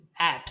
apps